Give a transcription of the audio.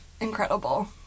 incredible